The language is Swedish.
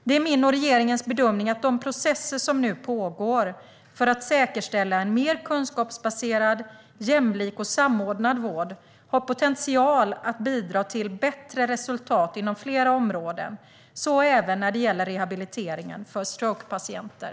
Det är min och regeringens bedömning att de processer som nu pågår för att säkerställa en mer kunskapsbaserad, jämlik och samordnad vård har potential att bidra till bättre resultat inom flera områden, så även när det gäller rehabiliteringen för strokepatienter.